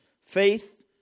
faith